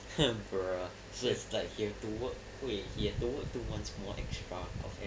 hmm bruh so it's like he had to work wait he had to work two months more extra of that